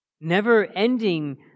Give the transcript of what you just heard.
Never-ending